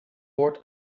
woord